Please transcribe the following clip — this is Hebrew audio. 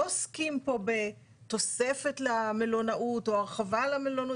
לא עוסקים פה בתוספת למלונאות, או הרחבה למלונאות.